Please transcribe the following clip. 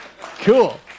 Cool